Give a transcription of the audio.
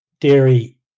dairy